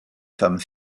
femme